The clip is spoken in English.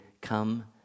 come